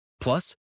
Plus